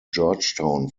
georgetown